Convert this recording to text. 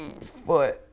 foot